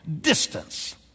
distance